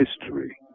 history